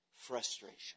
frustration